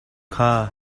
kha